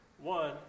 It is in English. One